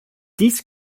dies